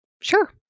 sure